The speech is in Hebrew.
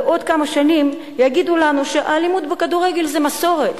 ועוד כמה שנים יגידו לנו שהאלימות בכדורגל זה מסורת.